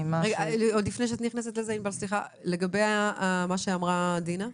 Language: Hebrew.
מה לגבי מה שאמרה דינה דומיניץ,